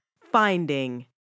Finding